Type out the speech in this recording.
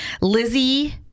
Lizzie